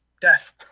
death